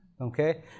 Okay